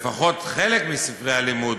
לפחות חלק מספרי הלימוד